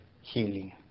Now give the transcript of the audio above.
healing